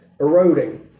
eroding